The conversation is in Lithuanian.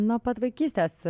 nuo pat vaikystės